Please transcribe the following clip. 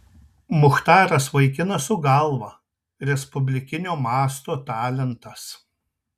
muchtaras vaikinas su galva respublikinio masto talentas